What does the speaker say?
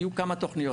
היו כמה תוכניות,